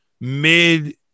mid